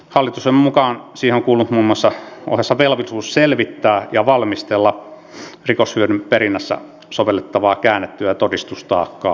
hallituksen mukaan siihen on kuulunut muun ohessa velvollisuus selvittää ja valmistella rikoshyödyn perinnässä sovellettavaa käännettyä todistustaakkaa